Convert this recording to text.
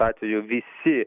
atveju visi